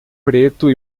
preto